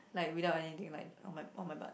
like without anything like on my on my butt